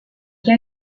che